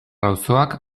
auzoak